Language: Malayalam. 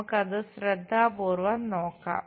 നമുക്ക് അത് ശ്രദ്ധാപൂർവ്വം നോക്കാം